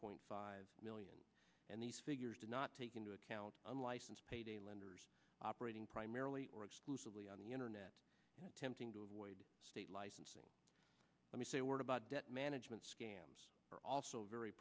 point five million and these figures did not take into account unlicensed payday lenders operating primarily or exclusively on the internet attempting to avoid state licensing let me say a word about debt management scams are also very